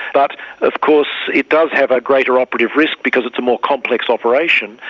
but of course it does have a greater operative risk because it's a more complex operation.